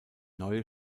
neue